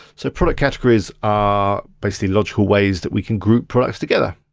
so product categories are basically logical ways that we can group products together.